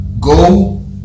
Go